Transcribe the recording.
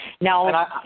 Now